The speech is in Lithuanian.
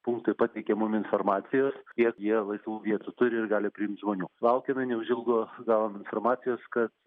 punktai pateikiama mum informacijos kiek jie laisvų vietų turi ir gali priimt žmonių laukiame neužilgo gavom informacijos kad